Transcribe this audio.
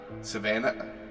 Savannah